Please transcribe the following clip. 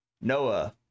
Noah